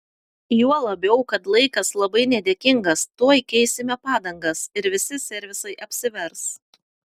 juo labiau kad laikas labai nedėkingas tuoj keisime padangas ir visi servisai apsivers